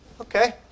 Okay